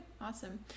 awesome